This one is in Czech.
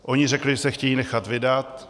Oni řekli, že se chtějí nechat vydat.